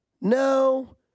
No